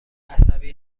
عصبی